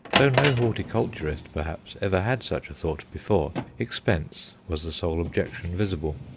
though no horticulturist, perhaps, ever had such a thought before, expense was the sole objection visible.